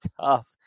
tough